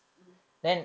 mm